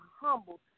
humbled